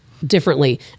Differently